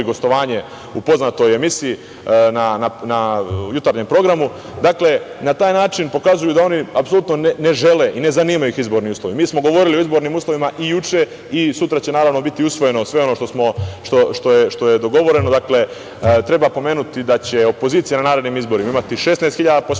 u poznatoj emisiji na jutarnjem programu. Dakle, na taj način pokazuju da oni apsolutno ne žele i ne zanimaju ih izborni uslovi. Mi smo govorili o izbornim uslovima i juče i sutra će naravno biti usvojeno sve ono što je dogovoreno. Dakle, treba pomenuti da će opozicija na narednim izborima imati 16.000 posmatrača.